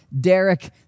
Derek